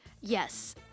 Yes